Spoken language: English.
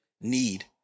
need